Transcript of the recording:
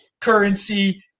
currency